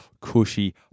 cushy